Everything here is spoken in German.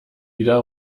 wieder